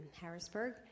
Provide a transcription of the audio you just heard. Harrisburg